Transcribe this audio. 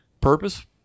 purpose